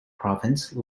province